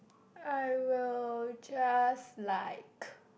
I will just liked